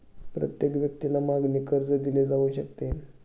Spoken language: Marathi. प्रत्येक व्यक्तीला मागणी कर्ज दिले जाऊ शकते